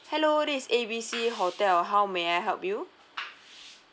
hello this is A B C hotel how may I help you